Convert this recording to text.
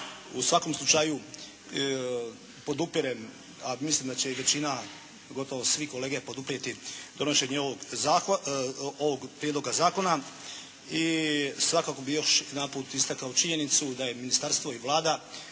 U svakom slučaju podupirem, a mislim da će i većina gotovo svi kolege poduprijeti donošenje ovog Prijedloga zakona i svakako bih još jedanput istakao činjenicu da je ministarstvo i Vlada